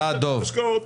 לא צריך עידוד השקעות.